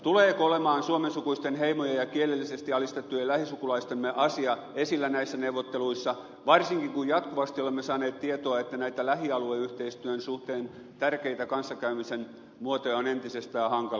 tuleeko olemaan suomensukuisten heimojen ja kielellisesti alistettujen lähisukulaistemme asia esillä näissä neuvotteluissa varsinkin kun jatkuvasti olemme saaneet tietoa että näitä lähialueyhteistyön suhteen tärkeitä kanssakäymisen muotoja on entisestään hankaloitettu